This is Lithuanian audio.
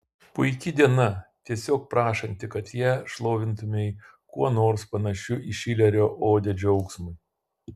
puiki diena tiesiog prašanti kad ją šlovintumei kuo nors panašiu į šilerio odę džiaugsmui